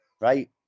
right